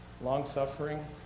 long-suffering